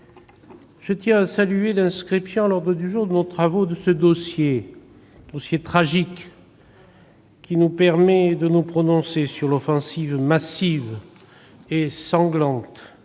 je tiens à saluer l'inscription à l'ordre du jour de nos travaux de ce débat sur un dossier tragique. Il nous permet de nous prononcer sur l'offensive massive et sanglante